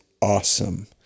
awesome